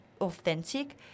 authentic